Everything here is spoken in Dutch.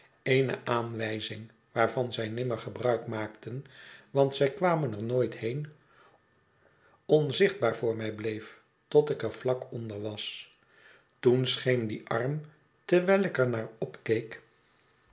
eene aanwijzing waarvan zij nimmer gebruik maakten want zij kwamen er nooit heen onzichtbaar voor mij bleef tot ik er vlak onder was toen scheen die arm terwijl ik er naar opkeek